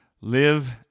Live